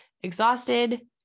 exhausted